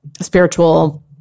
spiritual